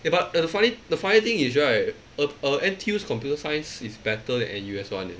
eh but the funny the funny thing is right uh uh N_T_U's computer science is better than N_U_S one eh